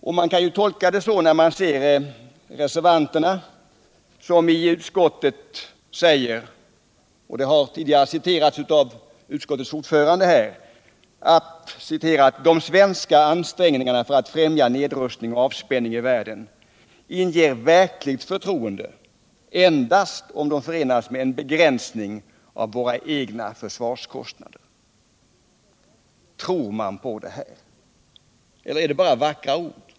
Och man kan ju tolka det så när man ser vad reservanterna i utskottet skriver — det har tidigare citerats av utskottets ordförande: ”De svenska ansträngningarna för att främja nedrustning och avspänning i världen inger verkligt förtroende endast om de förenas med cen begränsning av våra egna försvarskostnader.” Försvarspolitiken, Tror man på det här eller är det bara vackra ord?